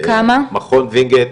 מכון וינגייט